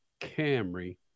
Camry